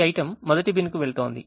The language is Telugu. ఈ item మొదటి బిన్కు వెళుతోంది